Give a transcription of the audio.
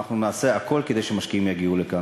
ואנחנו נעשה הכול כדי שמשקיעים יגיעו לכאן.